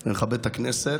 אני מכבד את הכנסת.